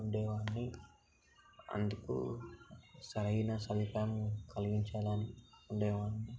ఉండేవాడిని అందుకు సరైన సదుపాయం కలిగించాలని ఉండేవాడిని